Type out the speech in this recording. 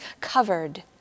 covered